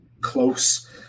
close